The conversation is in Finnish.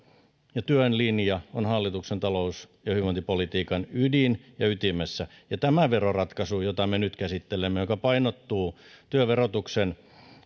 ja työn linja ovat hallituksen talous ja hyvinvointipolitiikan ydin ja ytimessä ja siksi tämä veroratkaisu jota me nyt käsittelemme ja joka painottuu työn verotuksen